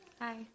Hi